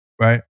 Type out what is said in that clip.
Right